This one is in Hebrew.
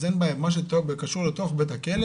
אז אין בעיה מה שקשור לתוך בית הכלא